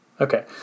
Okay